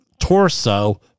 torso